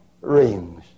rings